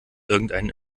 irgendeinen